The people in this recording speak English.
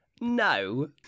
no